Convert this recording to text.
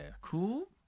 Cool